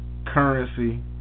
Currency